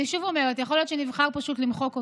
אני שוב אומרת, יכול להיות שנבחר פשוט למחוק אותו.